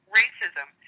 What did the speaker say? racism